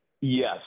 Yes